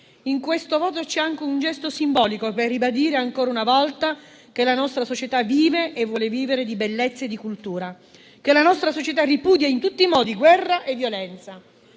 In questo voto c'è anche un gesto simbolico per ribadire ancora una volta che la nostra società vive e vuole vivere di bellezza e di cultura, che la nostra società ripudia in tutti i modi guerra e violenza.